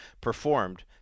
performed